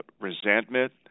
resentment